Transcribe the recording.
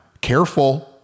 careful